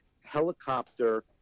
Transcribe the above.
helicopter